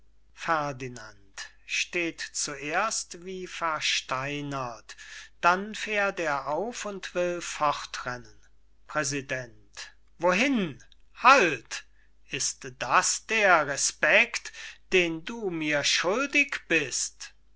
versteinert dann fährt er auf und will fortrennen präsident wohin halt ist das der respect den du mir schuldig bist